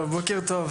בוקר טוב.